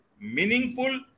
meaningful